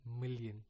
million